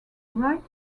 right